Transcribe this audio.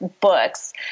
books